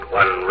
one